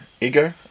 Ego